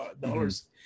dollars